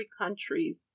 countries